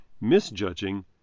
misjudging